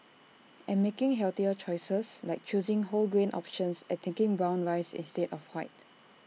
and making healthier choices like choosing whole grain options and taking brown rice instead of white